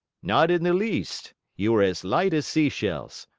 not in the least. you are as light as sea-shells,